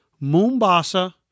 Mombasa